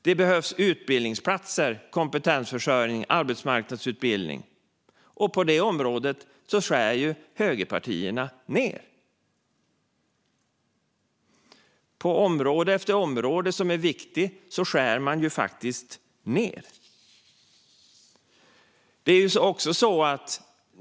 Det behövs utbildningsplatser, kompetensförsörjning och arbetsmarknadsutbildning. På det området skär högerpartierna ned. På område efter område som är viktigt skär man faktiskt ned.